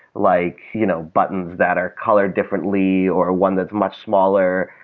like you know buttons that are colored differently, or one that's much smaller,